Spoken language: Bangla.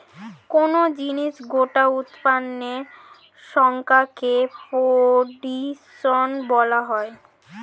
কোন জিনিসের গোটা উৎপাদনের সংখ্যাকে প্রডিউস বলে